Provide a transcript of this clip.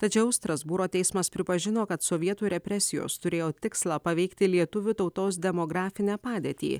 tačiau strasbūro teismas pripažino kad sovietų represijos turėjo tikslą paveikti lietuvių tautos demografinę padėtį